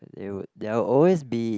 they would they're always be